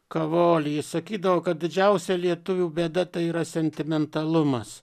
kavolį jis sakydavo kad didžiausia lietuvių bėda tai yra sentimentalumas